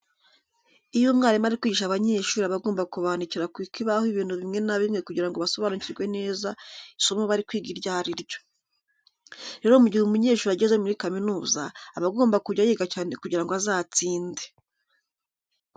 Iyo umwarimu ari kwigisha abanyeshuri aba agomba kubandikira ku kibaho ibintu bimwe na bimwe kugira ngo basobanukirwe neza isomo bari kwiga iryo ari ryo. Rero mu gihe umunyeshuri ageze muri kaminuza aba agomba kujya yiga cyane kugira ngo azatsinde.